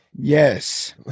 Yes